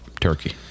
turkey